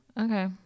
okay